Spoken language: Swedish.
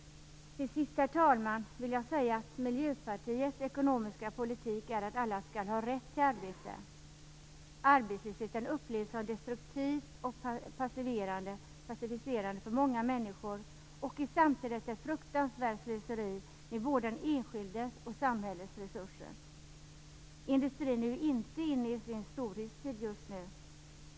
Till sist, herr talman, vill jag säga att Miljöpartiets ekonomiska politik innebär att alla skall ha rätt till arbete. Arbetslösheten upplevs som destruktiv och passiviserande för många människor och är samtidigt ett fruktansvärt slöseri med både den enskildes och samhällets resurser. Industrin är ju inte inne i sin storhetstid just nu.